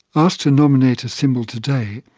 asked to nominate a symbol today,